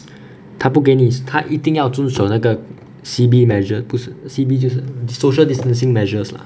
它不给你是它一定要遵守那个 C_B measure 不是 C_B 就是 social distancing measures lah